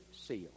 SEAL